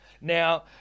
Now